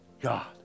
God